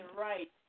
right